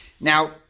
Now